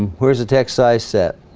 and where's the text size set